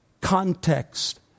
context